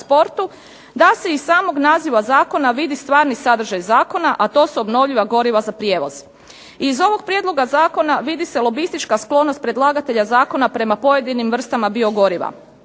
da se iz samog naziva zakona vidi stvari sadržaj zakona, a to su obnovljiva goriva za prijevoz. Iz ovog prijedloga zakona vidi se lobistička sklonost predlagatelja zakona prema pojedinim vrstama biogoriva.